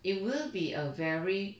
it will be a very